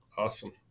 Awesome